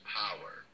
power